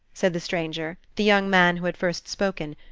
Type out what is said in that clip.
said the stranger, the young man who had first spoken.